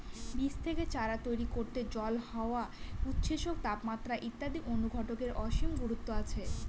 বীজ থেকে চারা তৈরি করতে জল, হাওয়া, উৎসেচক, তাপমাত্রা ইত্যাদি অনুঘটকের অসীম গুরুত্ব আছে